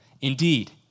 Indeed